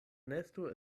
nesto